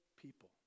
people